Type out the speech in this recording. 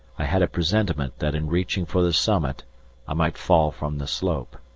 i had a presentiment that in reaching for the summit i might fall from the slope.